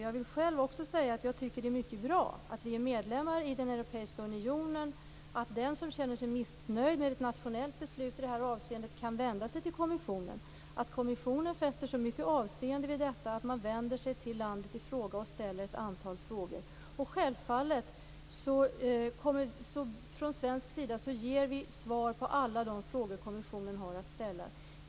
Jag vill själv också säga att jag tycker att det är mycket bra att vi är medlemmar i den europeiska unionen och att den som känner sig missnöjd med ett nationellt beslut i det här avseendet kan vända sig till kommissionen. Och kommissionen fäster så mycket avseende vid detta att man vänder sig till landet i fråga och ställer ett antal frågor. Självfallet kommer vi från svensk sida att ge svar på alla de frågor som kommissionen har att ställa.